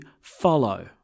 follow